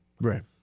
Right